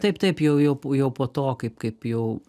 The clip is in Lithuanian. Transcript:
taip taip jau jau jau po to kaip kaip jau